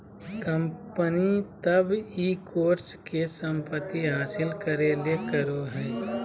company तब इ कोष के संपत्ति हासिल करे ले करो हइ